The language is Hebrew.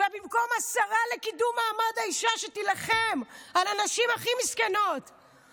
במקום שהשרה לקידום מעמד האישה תילחם על הנשים הכי מסכנות,